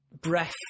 breath